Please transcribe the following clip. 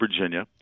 Virginia